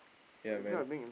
ya man